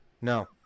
No